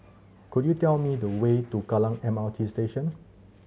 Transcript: could you tell me the way to Kallang M R T Station